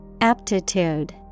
Aptitude